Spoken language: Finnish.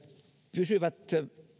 pysyvät